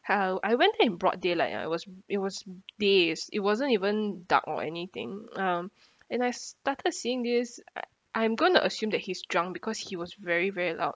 uh I went there in broad daylight I was it was days it wasn't even dark or anything um and I started seeing this I I'm going to assume that he is drunk because he was very very loud